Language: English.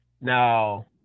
Now